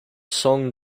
song